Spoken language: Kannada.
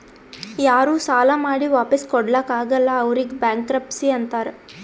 ಯಾರೂ ಸಾಲಾ ಮಾಡಿ ವಾಪಿಸ್ ಕೊಡ್ಲಾಕ್ ಆಗಲ್ಲ ಅವ್ರಿಗ್ ಬ್ಯಾಂಕ್ರಪ್ಸಿ ಅಂತಾರ್